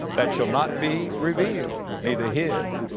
that shall not be revealed neither hid,